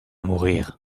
mourir